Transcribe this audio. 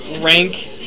rank